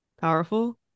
powerful